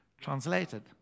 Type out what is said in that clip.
Translated